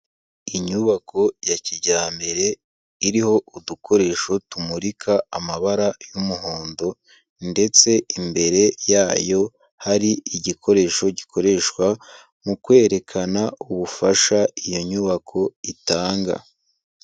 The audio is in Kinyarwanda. Inyubako ya kijyambere iriho udukoresho tumurika amabara y'umuhondo ndetse imbere yayo hari igikoresho gikoreshwa mu kwerekana ubufasha iyo nyubako itanga.